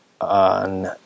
on